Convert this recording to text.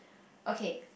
okay